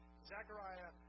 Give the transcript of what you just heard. Zechariah